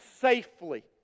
safely